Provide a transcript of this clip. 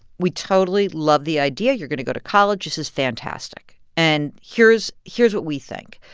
we totally love the idea you're going to go to college. this is fantastic. and here's here's what we think.